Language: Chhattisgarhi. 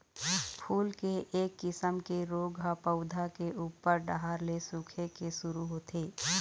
फूल के एक किसम के रोग ह पउधा के उप्पर डहर ले सूखे के शुरू होथे